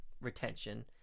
retention